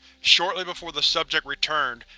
shortly before the subject returned,